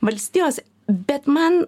valstijos bet man